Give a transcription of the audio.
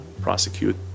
prosecute